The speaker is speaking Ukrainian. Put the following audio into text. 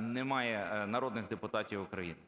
немає народних депутатів України.